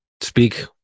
speak